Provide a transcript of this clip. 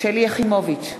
שלי יחימוביץ,